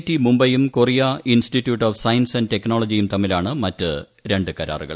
T മുംബൈയും Korea institute of science and ടെക്നോളജിയും തമ്മിലാണ് മറ്റ് രൂണ്ട് കരാറുകൾ